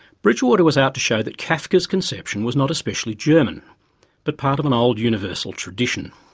bridgewater was out to show that kafka's conception was not especially german but part of an old, universal tradition.